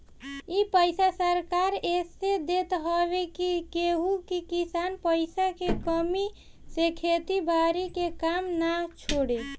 इ पईसा सरकार एह से देत हवे की केहू भी किसान पईसा के कमी से खेती बारी के काम ना छोड़े